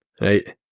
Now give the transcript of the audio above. right